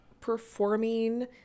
performing